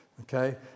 okay